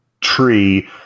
tree